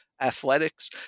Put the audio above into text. athletics